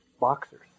boxers